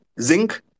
zinc